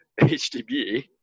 HDB